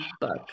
book